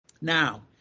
Now